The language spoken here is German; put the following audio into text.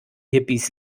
hippies